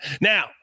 Now